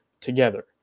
together